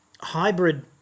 hybrid